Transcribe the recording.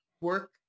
work